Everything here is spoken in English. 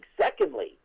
Secondly